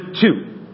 two